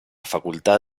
facultad